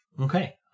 Okay